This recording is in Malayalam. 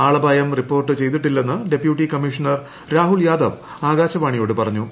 ആളപായം റിപ്പോർട്ട് ചെയ്തിട്ടില്ലെന്ന് ഡെപ്യൂട്ടി കമ്മീഷ്ണർ രാഹുൽ യാദവ് ആകാശവാണിയോട് പറഞ്ഞു